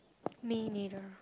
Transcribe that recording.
may neither